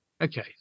Okay